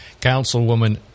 Councilwoman